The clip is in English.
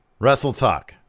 WrestleTalk